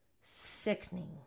sickening